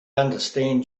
understand